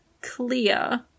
clear